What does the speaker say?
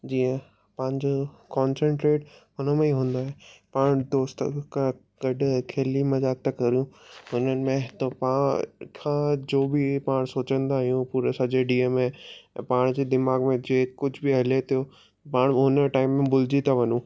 जीअं पंहिंजो कॉंसंट्रेट उन में ई हूंदो आहे पाण दोस्त क कॾहिं खिली मज़ाक़ था करूं हुननि में त पाण खां जो बि पाण सोचींदा आहियूं पूरे सॼे डींहं में ऐं पाण जे दिमाग़ में कुझु बि हले थो पाण उन टाइम में भुलिजी था वञूं